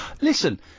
Listen